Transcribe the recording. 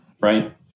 Right